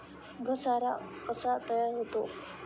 घसारा कसा तयार होतो?